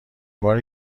باری